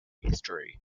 history